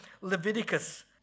Leviticus